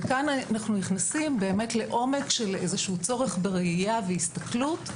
כאן אנחנו נכנסים לעומק של איזשהו צורך בראייה והסתכלות.